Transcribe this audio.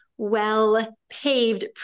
well-paved